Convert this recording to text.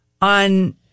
on